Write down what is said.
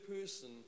person